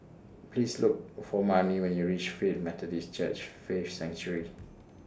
Please Look For Marni when YOU REACH Faith Methodist Church Faith Sanctuary